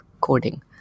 coding